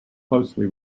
closely